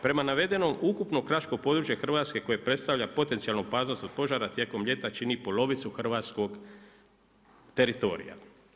Prema navedenom ukupno kraško područje Hrvatske koje predstavlja potencijalnu opasnost od požara tijekom ljeta čini polovicu hrvatskog teritorija.